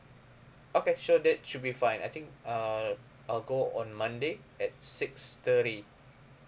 okay sure that should be fine I think uh I'll go on monday at six thirty